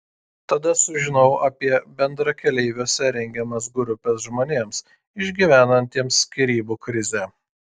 tada sužinojau apie bendrakeleiviuose rengiamas grupes žmonėms išgyvenantiems skyrybų krizę